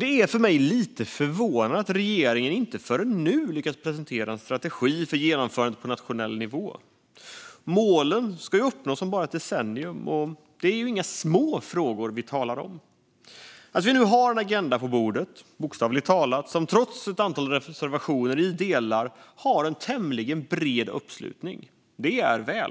Det är för mig lite förvånande att regeringen inte förrän nu har lyckats presentera en strategi för genomförandet på nationell nivå. Målen ska uppnås om bara ett decennium, och det är inga små frågor vi talar om. Det är välkommet att vi nu har en agenda på bordet, bokstavligt talat, som trots ett antal reservationer i delar har en tämligen bred uppslutning.